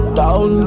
down